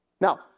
Now